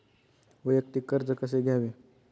वैयक्तिक कर्ज कसे घ्यावे?